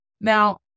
Now